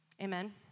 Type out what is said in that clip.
Amen